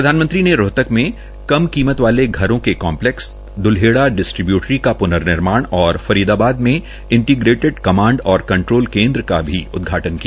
प्रधानमंत्री ने रोहतक में कम कीमत वाले घरों के कम्पलैक्स दल्हेड़ा डिस्ट्रीब्यूटरी का प्र्ननिर्माण और फरीदाबाद मे इंटीग्रेटड कमांड और कंट्रोल केन्द्र का भी उदघाटन किया